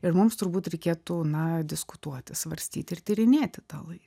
ir mums turbūt reikėtų na diskutuoti svarstyti ir tyrinėti tą laiką